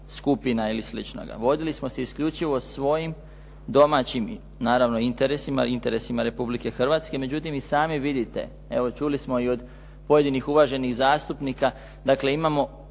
skupina ili sličnoga. Vodili smo se isključivo svojim domaćim naravno interesima, interesima Republike Hrvatske, međutim i sami vidite. Evo čuli smo i od pojedinih uvaženih zastupnika, dakle imamo